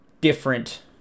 different